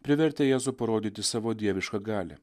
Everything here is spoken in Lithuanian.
privertė jėzų parodyti savo dievišką galią